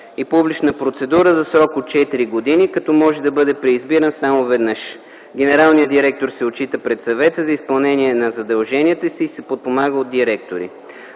и публична процедура за срок от четири години, като може да бъде преизбиран само веднъж. Генералният директор се отчита пред Съвета за изпълнението на задълженията си и се подпомага от директори.